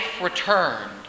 returned